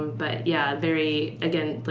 but yeah, very, again,